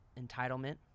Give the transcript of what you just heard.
entitlement